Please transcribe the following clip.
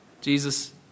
Jesus